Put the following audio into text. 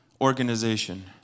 organization